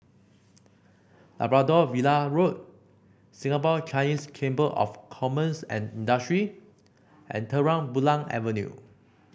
Labrador Villa Road Singapore Chinese Chamber of Commerce and Industry and Terang Bulan Avenue